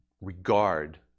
regard